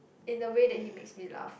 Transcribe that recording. in the way that he makes me laugh